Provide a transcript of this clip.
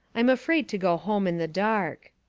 i'm afraid to go home in the dark.